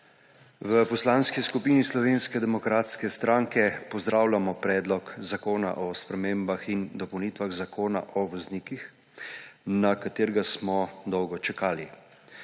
V Poslanski skupini Slovenske demokratske stranke pozdravljamo Predloga zakona o dopolnitvah in spremembah Zakona o voznikih, na katerega smo dolgo čakali.